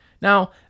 Now